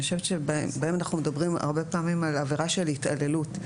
חושבת שבהם אנחנו מדברים הרבה פעמים על עבירה של התעללות.